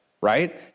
right